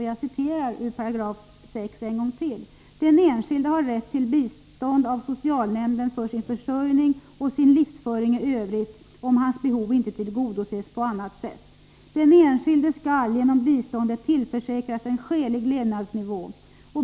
Jag citerar ur 6 §: ”Den enskilde har rätt till bistånd av socialnämnden för sin försörjning och sin livsföring i övrigt, om hans behov inte kan tillgodoses på annat sätt. Den enskilde skall genom biståndet tillförsäkras en skälig levnadsnivå.